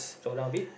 slow down a bit